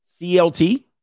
CLT